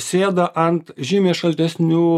sėda ant žymiai šaltesnių